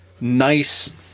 nice